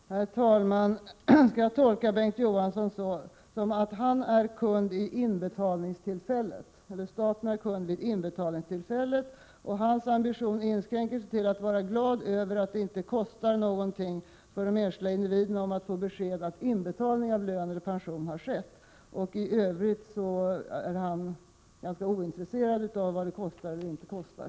Spree Herr talman! Skall jag tolka Bengt Johansson på det sättet att staten är kund vid inbetalningstillfället och att statsrådets ambition inskränker sig till att vara glad över att det inte kostar någonting för de enskilda individerna att få besked om att inbetalning av lån eller pension har skett? I övrigt är han ganska ointresserad av vad det kostar eller inte kostar.